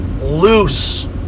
loose